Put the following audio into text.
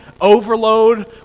overload